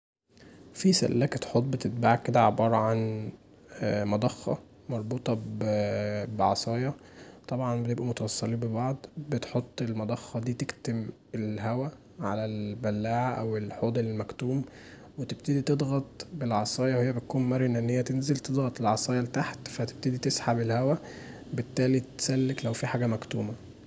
فيه سلاكه حوض كدا بتتباع عباره عن مضخه مربوطه بعصايه، طبعا بيبقوا متوصلين ببعض بتحط المضخه دي تكتم الهوا علي البلاعه او الحوض المكتوم وتبتدي تضغط العصايه هي بتكون مرنه ان هي تنزل تضغط العصايه لتحت فتبتدي تسحب الهوا بالتالي تسلك لو فيه حاجه مكتومه.